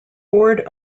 board